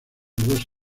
dos